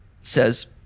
says